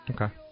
Okay